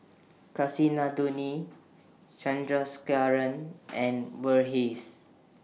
Kasinadhuni Chandrasekaran and Verghese